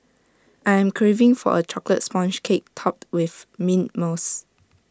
I am craving for A Chocolate Sponge Cake Topped with Mint Mousse